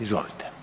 Izvolite.